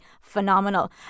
phenomenal